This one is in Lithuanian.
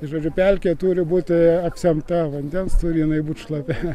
tai žodžiu pelkė turi būti apsemta vandens turi jinai būt šlapia